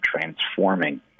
transforming